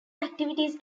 activities